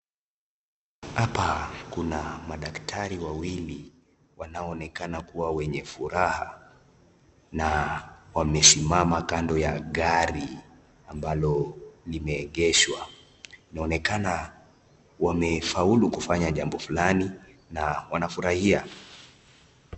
Hapa kuna madaktari wawili, wanao onekana kuwa wenye furaha , na wamesimama kando ya gari ambalo limeegeshwa. Inaonekana wamefaulu kufanya jambo fulani na wanafurahia.